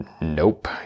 Nope